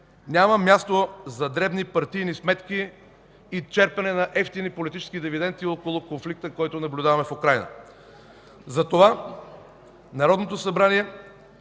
няма място за дребни партийни сметки и черпене на евтини политически дивиденти около конфликта, който наблюдаваме в Украйна. Затова Народното събрание,